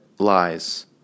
Lies